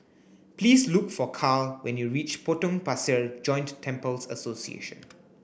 please look for Carl when you reach Potong Pasir Joint Temples Association